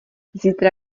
zítra